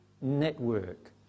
network